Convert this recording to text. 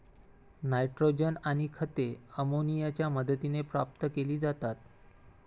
nitrogen आणि खते अमोनियाच्या मदतीने प्राप्त केली जातात